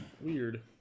Weird